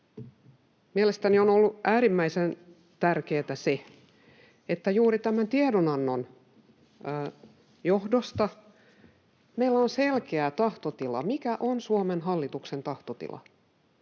Mielestäni on ollut äärimmäisen tärkeätä se, että juuri tämän tiedonannon johdosta meillä on selkeä tahtotila siitä, mikä on Suomen hallituksen tahtotila.